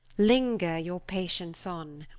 linger your patience on,